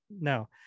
no